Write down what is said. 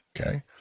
okay